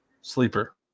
Sleeper